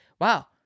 wow